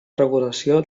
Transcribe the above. regulació